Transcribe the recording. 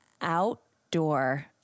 outdoor